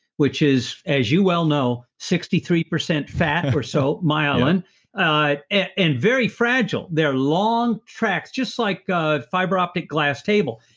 which is, as you well know sixty three percent fat or so myelin and and very fragile they're long tracks, just like ah fiber optic glass table.